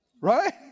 right